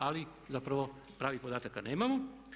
Ali zapravo pravih podataka nemamo.